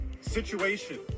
situation